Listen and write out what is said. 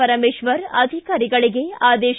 ಪರಮೇಶ್ವರ್ ಅಧಿಕಾರಿಗಳಿಗೆ ಆದೇಶ